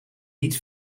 niet